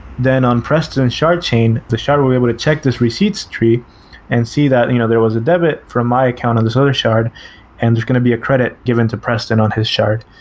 then on preston's and shard chain, the shard would be able to check this receipt's tree and see that and you know there was a debit from my account on this other shard and there's going to be a credit given to preston on his shard.